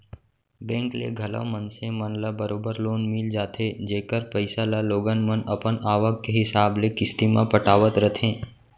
bank ले घलौ मनसे मन ल बरोबर लोन मिल जाथे जेकर पइसा ल लोगन मन अपन आवक के हिसाब ले किस्ती म पटावत रथें